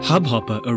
Hubhopper